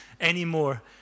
anymore